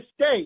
state